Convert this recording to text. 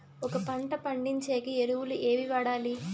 ఒక పంట పండించేకి ఎరువులు ఏవి వాడాలి?